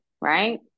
right